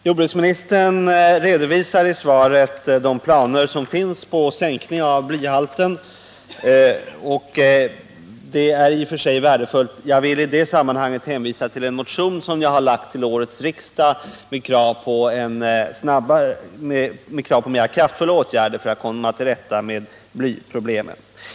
Jordbruksministern redovisar i svaret de planer som finns på sänkning av blyhalten, och det är i och för sig värdefullt. Jag vill i det sammanhanget hänvisa till en motion som jag väckt till årets riksmöte med krav på snabbare och kraftfulla åtgärder för att komma till rätta med blyproblemet.